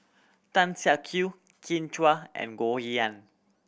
Tan Siak Kew Kin Chui and Goh Yihan